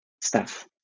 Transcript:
staff